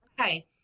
okay